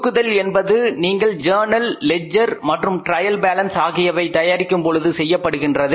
சுருக்குதல் என்பது நீங்கள் journal ledger மற்றும் ட்ரையல் பேலன்ஸ் ஆகியவை தயாரிக்கும் பொழுது செய்யப்படுகின்றது